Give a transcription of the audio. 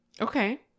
Okay